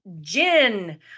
Gin